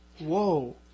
Whoa